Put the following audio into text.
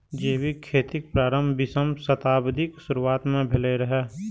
जैविक खेतीक प्रारंभ बीसम शताब्दीक शुरुआत मे भेल रहै